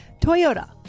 Toyota